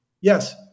Yes